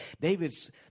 david's